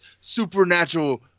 supernatural